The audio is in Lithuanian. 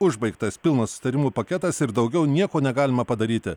užbaigtas pilnas susitarimų paketas ir daugiau nieko negalima padaryti